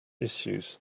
issues